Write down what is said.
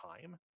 time